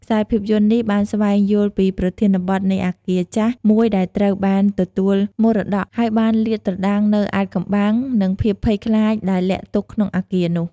ខ្សែភាពយន្តនេះបានស្វែងយល់ពីប្រធានបទនៃអគារចាស់មួយដែលត្រូវបានទទួលមរតក ហើយបានលាតត្រដាងនូវអាថ៌កំបាំង និងភាពភ័យខ្លាចដែលលាក់ទុកក្នុងអគារនោះ។